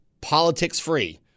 politics-free